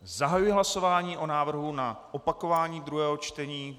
Zahajuji hlasování o návrhu na opakování druhého čtení.